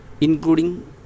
including